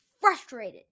Frustrated